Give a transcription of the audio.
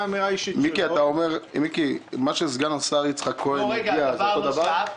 מיקי, מה שסגן השר יצחק כהן הודיע זה אותו דבר?